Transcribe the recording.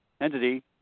entity